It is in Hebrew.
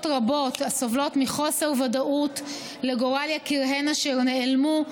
רבות הסובלות מחוסר ודאות לגורל יקיריהן אשר נעלמו,